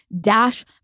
Dash